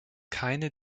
keine